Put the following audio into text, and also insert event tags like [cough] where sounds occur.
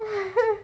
[laughs]